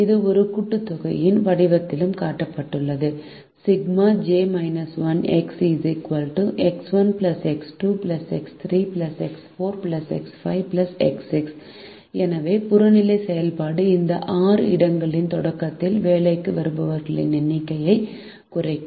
இது ஒரு கூட்டுத்தொகையின் வடிவத்திலும் காட்டப்பட்டுள்ளது 6 ∑ j1 X jX1X2X3X4X5X6 எனவே புறநிலை செயல்பாடு இந்த 6 இடங்களின் தொடக்கத்தில் வேலைக்கு வருபவர்களின் எண்ணிக்கையை குறைக்கும்